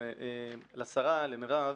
ולשרה, למרב,